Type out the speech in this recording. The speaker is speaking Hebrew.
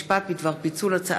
2018, אני מתכבד לפתוח את ישיבת